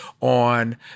on